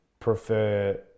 prefer